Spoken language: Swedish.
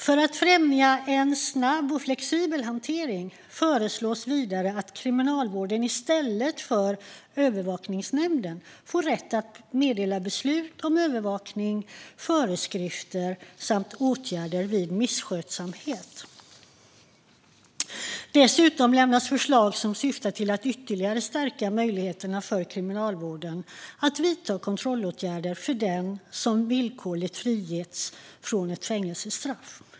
För att främja en snabb och flexibel hantering föreslås vidare att Kriminalvården i stället för övervakningsnämnden får rätt att meddela beslut om övervakning, föreskrifter samt åtgärder vid misskötsamhet. Dessutom lämnas förslag som syftar till att ytterligare stärka möjligheterna för Kriminalvården att vidta kontrollåtgärder för dem som villkorligt frigetts från ett fängelsestraff.